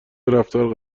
رفتار